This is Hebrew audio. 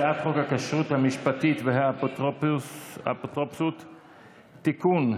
הצעת חוק הכשרות המשפטית והאפוטרופסות (תיקון,